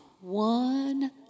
one